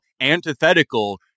antithetical